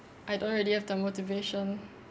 I don't really have the motivation